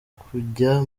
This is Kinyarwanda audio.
kujya